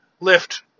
lift